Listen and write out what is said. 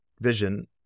vision